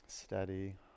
steady